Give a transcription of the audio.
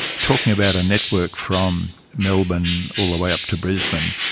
talking about a network from melbourne all the way up to brisbane,